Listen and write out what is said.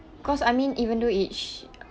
cause I mean even though it shift